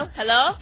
hello